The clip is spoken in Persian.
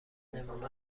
نمونه